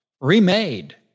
remade